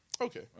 Okay